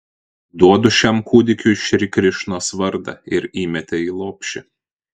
duodu šiam kūdikiui šri krišnos vardą ir įmetė į lopšį